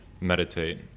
meditate